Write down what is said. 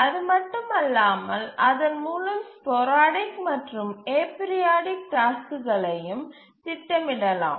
அது மட்டுமல்லாமல் அதன்மூலம் ஸ்போரடிக் மற்றும் அபீரியோடிக் டாஸ்க்குகளையும் திட்டமிடலாம்